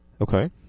Okay